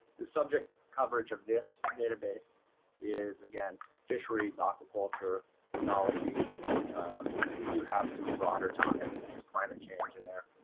the subject coverage of this database is again fisheries aquaculture knology but we do have some broader topics such as climate change in there